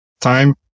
time